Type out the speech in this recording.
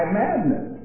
madness